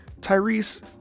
Tyrese